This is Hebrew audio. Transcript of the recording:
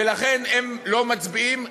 ולכן הם לא מצביעים.